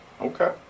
Okay